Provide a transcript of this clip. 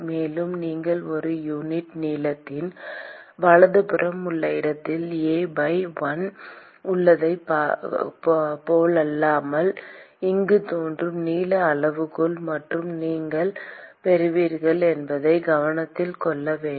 மேலும் நீங்கள் ஒரு யூனிட் நீளத்திற்கு வலதுபுறம் உள்ள இடத்தில் A by l உள்ளதைப் போலல்லாமல் இங்கு தோன்றும் நீள அளவுகோலை மட்டுமே நீங்கள் பெற்றுள்ளீர்கள் என்பதைக் கவனத்தில் கொள்ள வேண்டும்